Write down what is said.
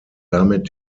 damit